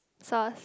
sauce